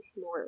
more